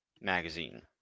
magazine